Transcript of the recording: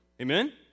Amen